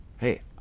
hey